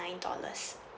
nine dollars